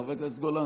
חבר הכנסת גולן,